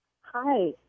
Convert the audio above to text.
hi